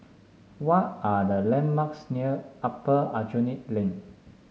what are the landmarks near Upper Aljunied Link